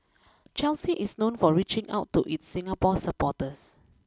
Chelsea is known for reaching out to its Singapore supporters